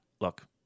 Look